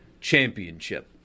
championship